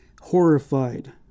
horrified